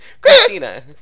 Christina